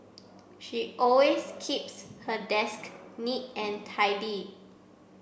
she always keeps her desk neat and tidy